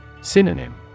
Synonym